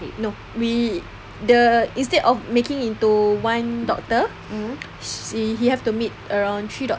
no we the instead of making into one doctor he have to meet around three doctors